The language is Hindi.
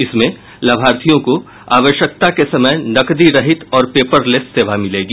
इसमें लाभार्थियों को आवश्यकता के समय नकदी रहित और पेपर लेस सेवा मिलेगी